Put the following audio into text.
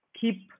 keep